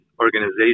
organization